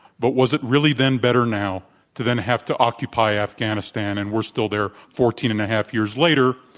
but was it really then better now to then have to occupy afghanistan and we're still there fourteen and a half years later,